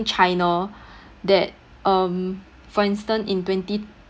china that um for instance in twenty